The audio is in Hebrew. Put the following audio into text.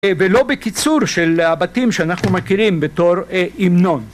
ולא בקיצור של הבתים שאנחנו מכירים בתור הימנון.